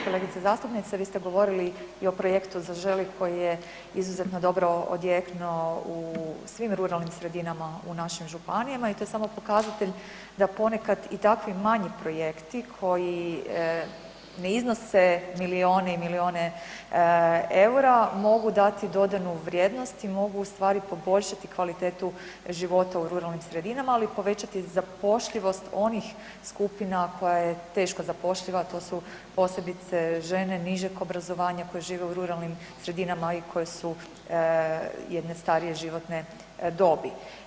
Kolegice zastupnice, vi ste govorili i o projektu Zaželi koji je izuzetno dobro odjeknuo u svim ruralnim sredinama u našim županijama i to je samo pokazatelj da ponekad i takvi manji projekti koji ne iznose milijune i milijune eura, mogu dati dodanu vrijednosti i mogu ustvari poboljšati kvalitetu života u ruralnim sredinama ali i povećati zapošljivost onih skupina koja je teško zapošljiva a to su posebice žene nižeg obrazovanja koje žive u ruralnim sredinama i koje su jedne starije životne dobi.